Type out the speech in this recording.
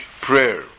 prayer